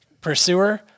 pursuer